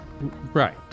right